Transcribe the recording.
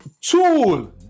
tool